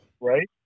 Right